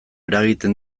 eragiten